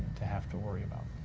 to have to worry about.